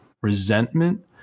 resentment